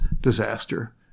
disaster